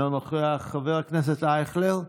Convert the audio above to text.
אינו נוכח, חבר הכנסת אייכלר,